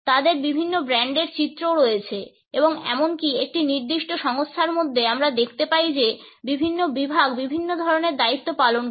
তাদের বিভিন্ন ব্র্যান্ডের চিত্রও রয়েছে এবং এমনকি একটি নির্দিষ্ট সংস্থার মধ্যে আমরা দেখতে পাই যে বিভিন্ন বিভাগ বিভিন্ন ধরণের দায়িত্ব পালন করে